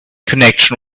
connection